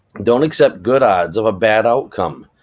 don't accept good odds of a bad outcome.